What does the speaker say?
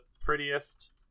prettiest